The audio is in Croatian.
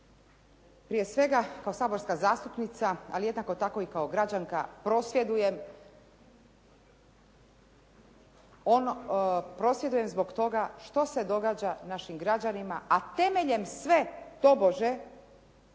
Prije svega kao saborska zastupnica, ali jednako tako i kao građanka prosvjedujem zbog toga što se događa našim građanima, a temeljem sve tobože